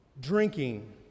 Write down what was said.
drinking